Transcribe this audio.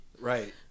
Right